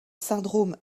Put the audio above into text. syndrome